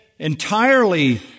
entirely